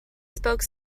spoke